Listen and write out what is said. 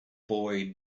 boy